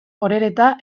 orereta